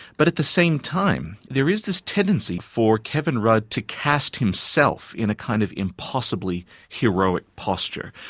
but at the same time there is this tendency for kevin rudd to cast himself in a kind of impossibly heroic posture,